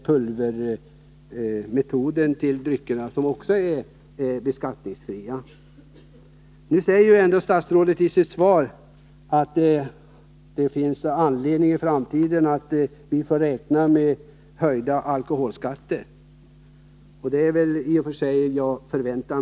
Pulvermetoden att tillverka drycker är också beskattningsfri. Statsrådet säger i sitt svar att det finns anledning att i framtiden räkna med höjda alkoholskatter.